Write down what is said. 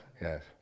yes